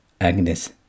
Agnes